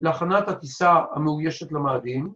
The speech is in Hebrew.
‫להכנת הטיסה המאוישת למאדים.